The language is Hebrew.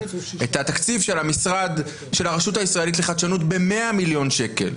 את התקציב של הרשות הישראלית לחדשנות ב-100 מיליון שקל.